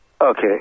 Okay